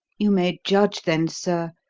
you may judge, then, sir,